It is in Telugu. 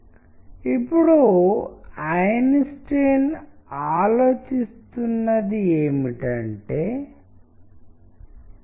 కాబట్టి మీరు ఒక నారింజ వృత్తాన్ని చూస్తారు మరియు అక్కడ సూర్యుడు అనే పదం కనిపించిన తర్వాత మాత్రమే మీరు దానిని అర్థం చేసుకుంటారు మరియు తర్వాత దానిని ఒక నిర్దిష్ట మార్గంలో వివరిస్తారు